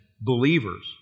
believers